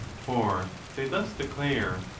for they thus declare,